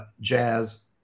Jazz